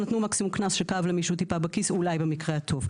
הם נתנו מקסימום קנס שכאב למישהו טיפה בכיס אולי במקרה הטוב.